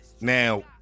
Now